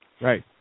right